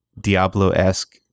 Diablo-esque